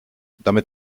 damit